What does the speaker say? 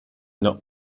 not